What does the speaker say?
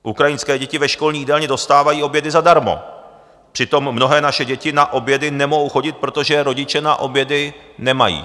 Ukrajinské děti ve školní jídelně dostávají obědy zadarmo, přitom mnohé naše děti na obědy nemohou chodit, protože rodiče na obědy nemají.